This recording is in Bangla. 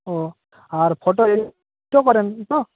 ও আর ফটো করেন তো